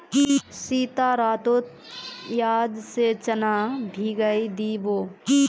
सीता रातोत याद से चना भिगइ दी बो